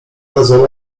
dadzą